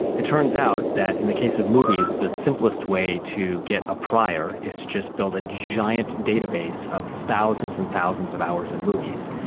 it turns out that in the case of movies, the simplest way to get a prior is to just build a giant database of thousands and thousands of hours of movies,